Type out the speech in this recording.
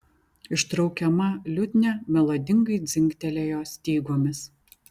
ištraukiama liutnia melodingai dzingtelėjo stygomis